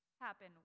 happen